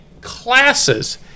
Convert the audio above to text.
classes